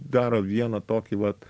daro vieną tokį vat